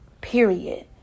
period